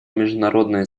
международное